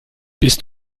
bist